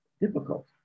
difficult